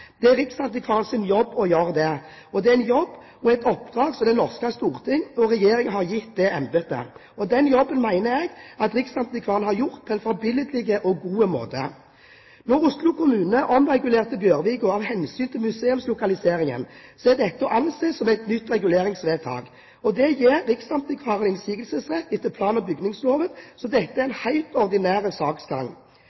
Det er Riksantikvaren sin jobb å gjøre det – en jobb og et oppdrag som det norske storting og den norske regjering har gitt det embetet. Den jobben mener jeg at Riksantikvaren har gjort på en forbilledlig og god måte. Da Oslo kommune omregulerte Bjørvika av hensyn til museumslokaliseringen, var dette å anse som et nytt reguleringsvedtak. Det gir Riksantikvaren innsigelsesrett etter plan- og bygningsloven, så dette er